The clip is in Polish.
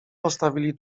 postawili